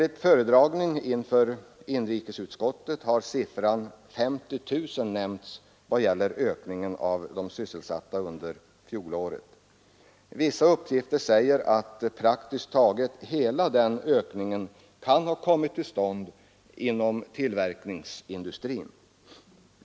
Vid föredragningarna inför inrikesutskottet har siffran 50 000 nämnts när det gäller ökningen av antalet sysselsatta under fjolåret. Vissa uppgifter säger att praktiskt taget hela den ökningen kan ha kommit till stånd inom tillverkningsindustrin.